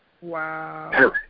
Wow